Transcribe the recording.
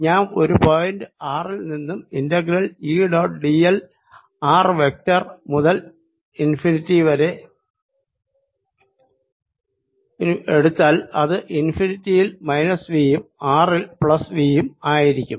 ഞാൻ ഒരു point r ൽ നിന്നും integral E dot d l r vector മുതൽ ഇൻഫിനിറ്റി വരെ എടുത്താൽ ഇത് ഇൻഫിനിറ്റി യിൽ മൈനസ് V യും ആറി ൽ പ്ലസ് V യും ആയിരിക്കും